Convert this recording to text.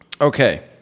Okay